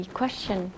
question